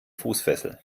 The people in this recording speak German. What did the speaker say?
fußfessel